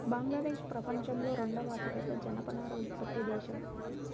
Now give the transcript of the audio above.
బంగ్లాదేశ్ ప్రపంచంలో రెండవ అతిపెద్ద జనపనార ఉత్పత్తి దేశం